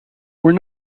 were